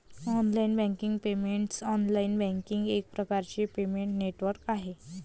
online banking payments online banking एक प्रकारचे payment network आहे